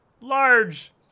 large